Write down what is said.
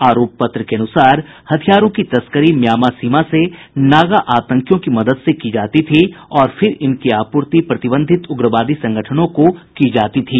आरोप पत्र के अनुसार हथियारों की तस्करी म्यांमा सीमा से नागा आतंकियों की मदद से की जाती थी और फिर इनकी आपूर्ति प्रतिबंधित उग्रवादी संगठनों को की जाती थी